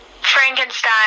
Frankenstein